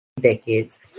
decades